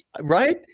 right